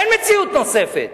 אין מציאות נוספת.